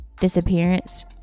disappearance